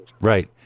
right